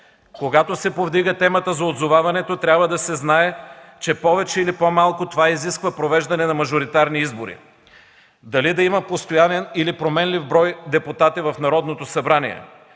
Когато се повдига темата за отзоваването, трябва да се знае, че повече или по-малко това изисква провеждане на мажоритарни избори. Дали да има постоянен, или променлив брой депутати в Народното събрание,